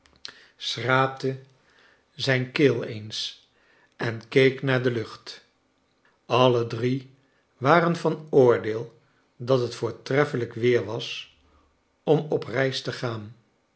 schraapte kleine dorrit zijn keel eens en keek naar de lucht alle drie waren van oordeel dat het vo or tref f elij k weer was om op reis te gaan